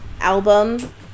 album